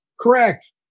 Correct